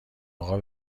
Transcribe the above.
اقا